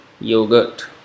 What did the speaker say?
yogurt